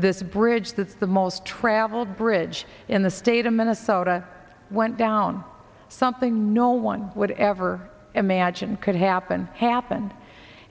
this bridge this the most traveled bridge in the state of minnesota went down something no one would ever imagined could happen happened